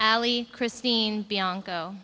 alley christine bianco